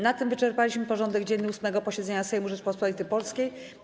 Na tym wyczerpaliśmy porządek dzienny 8. posiedzenia Sejmu Rzeczypospolitej Polskiej.